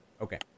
Okay